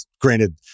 Granted